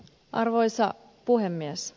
arvoisa puhemies